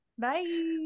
Bye